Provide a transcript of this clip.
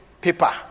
paper